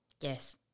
Yes